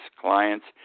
clients